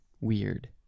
weird